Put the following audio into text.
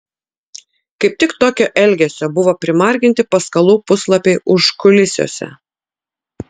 kaip tik tokio elgesio buvo primarginti paskalų puslapiai užkulisiuose